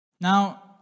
Now